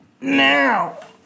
now